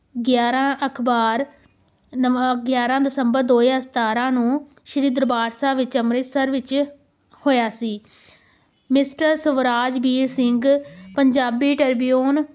ਗਿਆਰ੍ਹਾਂ ਅਖਬਾਰ ਨਵਾਂ ਗਿਆਰ੍ਹਾਂ ਦਸੰਬਰ ਦੋ ਹਜ਼ਾਰ ਸਤਾਰ੍ਹਾਂ ਨੂੰ ਸ਼੍ਰੀ ਦਰਬਾਰ ਸਾਹਿਬ ਵਿੱਚ ਅੰਮ੍ਰਿਤਸਰ ਵਿੱਚ ਹੋਇਆ ਸੀ mister Swarajbir Singh Punjabi Tribune